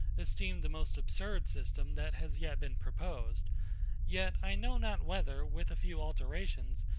esteemed the most absurd system that has yet been proposed yet i know not whether, with a few alterations,